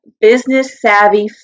business-savvy